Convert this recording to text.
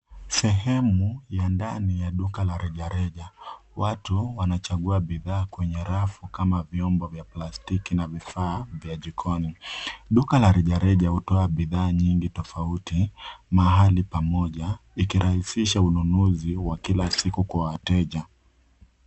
Sehemu ya ndani ya duka la rejareja, watu wanachagua bidhaa kwenye rafu kama vyombo vya plastiki, na vifaa vya jikoni. Duka la rejareja hutoa bidhaa nyingi tofauti, mahali pamoja. ikirahisisha ununuzi, wa kila siku kwa wateja.